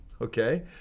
okay